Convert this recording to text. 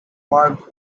worked